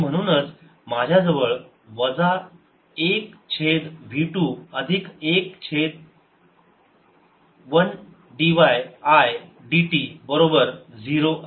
आणि म्हणूनच माझ्याजवळ वजा 1 छेद v2 अधिक 1 छेद 1 d yid t बरोबर 0 असे आहे